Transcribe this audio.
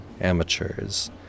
Amateurs